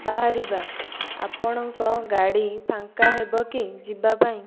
ବାହାରିବା ଆପଣଙ୍କ ଗାଡ଼ି ଫାଙ୍କା ହେବକି ଯିବା ପାଇଁ